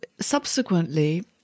subsequently